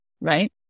right